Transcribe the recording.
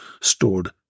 stored